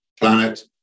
planet